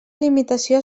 limitació